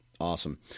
awesome